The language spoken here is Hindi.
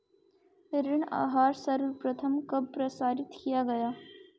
ऋण आहार सर्वप्रथम कब प्रसारित किया गया?